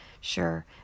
Sure